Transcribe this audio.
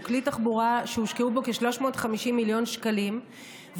הוא כלי תחבורה שהושקעו בו כ-350 מיליון שקלים,